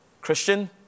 Christian